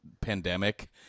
pandemic